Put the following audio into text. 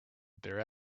their